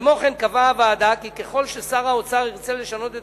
כמו כן קבעה הוועדה כי ככל ששר האוצר ירצה לשנות את